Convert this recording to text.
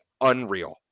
unreal